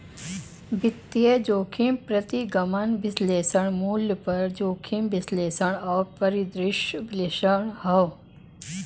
वित्तीय जोखिम प्रतिगमन विश्लेषण, मूल्य पर जोखिम विश्लेषण और परिदृश्य विश्लेषण हौ